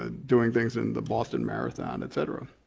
ah doing things in the boston marathon, et cetera.